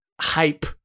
hype